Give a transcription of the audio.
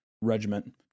regiment